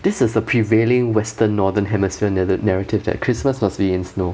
this is the prevailing western northern hemisphere that have the narrative that christmas must be in snow